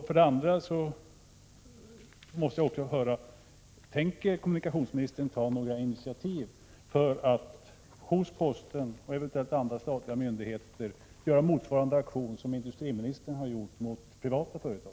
För det andra: Tänker kommunikationsministern ta några initiativ för att mot posten och eventuellt andra statliga myndigheter göra motsvarande aktion som den industriministern har gjort mot privata företag?